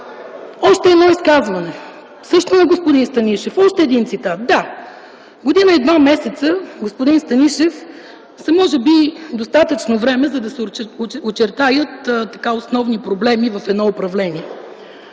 Още едно изказване – също на господин Станишев, още един цитат. Да, година и два месеца, господин Станишев, са може би достатъчно време, за да се очертаят основни проблеми в едно управление.